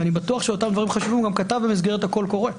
אני בטוח שאותם דברים חשובים הוא גם כתב במסגרת הקול הקורא.